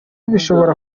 bishobora